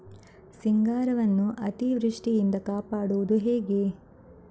ಸಿಂಗಾರವನ್ನು ಅತೀವೃಷ್ಟಿಯಿಂದ ಕಾಪಾಡುವುದು ಹೇಗೆ?